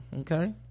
Okay